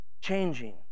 changing